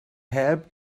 heb